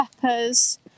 peppers